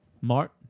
Mart